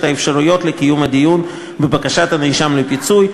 האפשרויות לקיום הדיון בבקשת הנאשם לפיצוי,